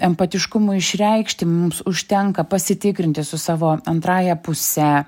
empatiškumui išreikšti mums užtenka pasitikrinti su savo antrąja puse